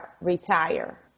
retire